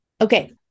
Okay